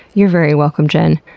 you're very welcome, jen.